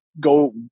go